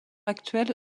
actuelle